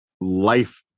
life